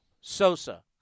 Sosa